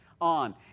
on